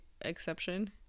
exception